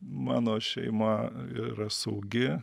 mano šeima yra saugi